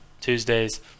Tuesdays